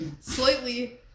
slightly